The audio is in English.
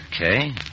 Okay